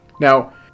Now